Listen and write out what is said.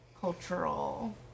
cultural